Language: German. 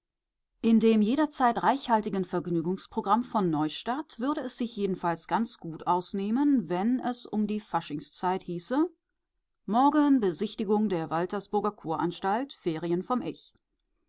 in dem jederzeit reichhaltigen vergnügungsprogramm von neustadt würde es sich jedenfalls ganz gut ausnehmen wenn es um die faschingszeit hieße morgen besichtigung der waltersburger kuranstalt ferien vom ich